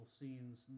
scenes